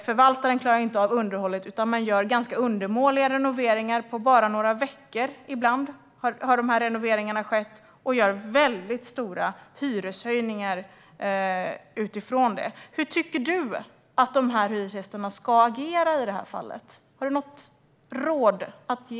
Förvaltaren klarar inte av underhållet utan gör ganska undermåliga renoveringar på ibland bara några veckor, vilket har skett, men gör väldigt stora hyreshöjningar utifrån detta. Hur tycker statsrådet att hyresgästerna ska agera i det här fallet? Har statsrådet något råd att ge?